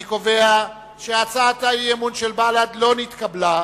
אני קובע שהצעת האי-אמון של בל"ד לא נתקבלה.